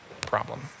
problem